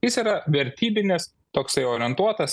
jis yra vertybinis toksai orientuotas